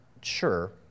sure